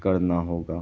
کرنا ہوگا